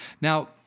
Now